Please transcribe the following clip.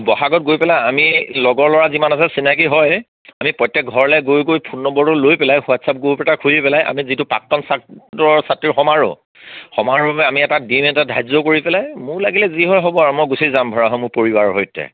ব'হাগত গৈ পেলাই আমি লগৰ ল'ৰা যিমান আছে চিনাকি হৈ আমি প্ৰত্যেক ঘৰলে গৈ গৈ ফোন নম্বৰটো লৈ পেলাই হোৱাটছআপ গ্ৰুপ এটা খূুলি পেলাই আমি যিটো প্ৰাক্তন ছাত্ৰৰ ছাত্ৰীৰ সমাৰোহ সমাৰোহৰ বাবে আমি এটা দিন এটা ধাৰ্য কৰি পেলাই মোৰ লাগে যি হয় হ'ব আৰু মই গুচি যাম সমূহ পৰিবাৰৰ সৈতে